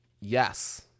Yes